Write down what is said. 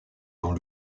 dans